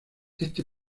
este